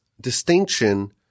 distinction